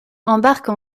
embarque